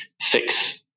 six